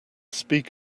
speak